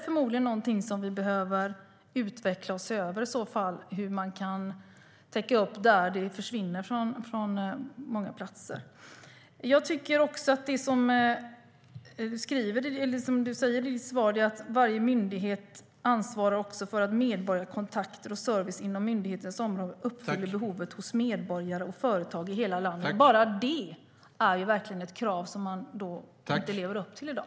Förmodligen behöver vi utveckla och se över hur man kan täcka upp när servicekontor försvinner från många platser. Statsrådet skriver i svaret: "Varje myndighet ansvarar också för att medborgarkontakter och service inom myndighetens område uppfyller behoven hos medborgare och företag i hela landet." Bara det är ett krav som man inte lever upp till i dag.